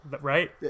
right